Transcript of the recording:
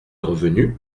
revenu